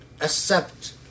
accept